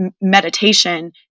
meditation